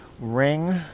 ring